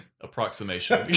Approximation